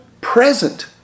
present